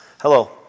Hello